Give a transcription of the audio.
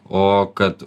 o kad